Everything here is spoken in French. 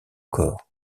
corps